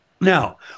Now